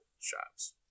shops